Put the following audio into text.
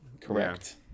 Correct